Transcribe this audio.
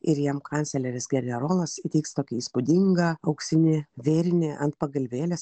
ir jam kancleris generolas įteiks tokį įspūdingą auksinį vėrinį ant pagalvėlės